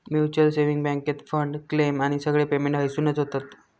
mutual saving बॅन्केत fund, claim आणि सगळे पेमेंट हयसूनच होतत